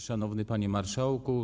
Szanowny Panie Marszałku!